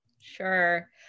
Sure